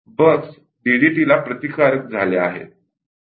bugs डीडीटीला प्रतिकार झाल्या आहेत